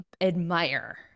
admire